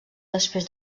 després